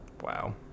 Wow